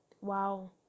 wow